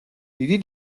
დიდი